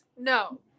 No